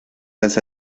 las